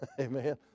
Amen